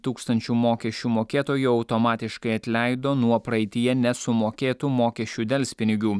tūkstančių mokesčių mokėtojų automatiškai atleido nuo praeityje nesumokėtų mokesčių delspinigių